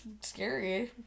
scary